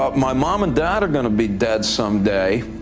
ah my mom and dad are going to be dead someday.